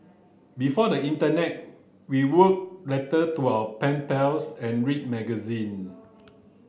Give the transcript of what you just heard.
before the internet we wrote letter to our pen pals and read magazine